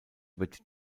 wird